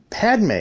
Padme